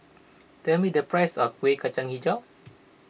tell me the price of Kuih Kacang HiJau